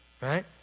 Right